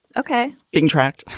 ok? being tracked.